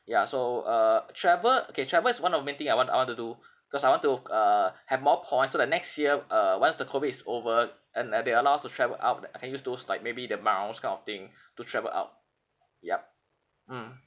ya so uh travel okay travel is one of the main thing I want I want to do cause I want to uh have more points so that next year uh once the COVID is over and and they allow us to travel out that I can use those like maybe the miles kind of thing to travel out yup mm